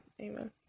Amen